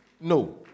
No